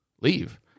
leave